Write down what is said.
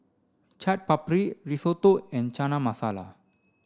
Chaat Papri Risotto and Chana Masala